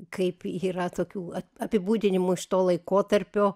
kaip yra tokių apibūdinimų iš to laikotarpio